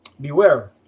Beware